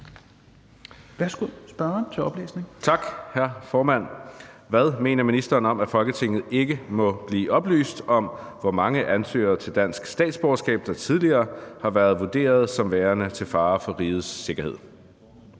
Marcus Knuth (KF): Tak, hr. formand. Hvad mener ministeren om, at Folketinget ikke må blive oplyst om, hvor mange ansøgere til dansk statsborgerskab der tidligere har været vurderet som værende til fare for rigets sikkerhed?